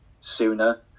sooner